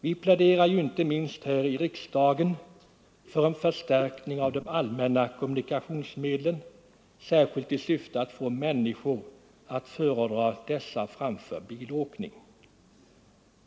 Vi pläderar ju inte minst här i riksdagen för en förstärkning av de allmänna kommunikationsmedlen, särskilt i syfte att få människor att föredra dessa framför bilåkning.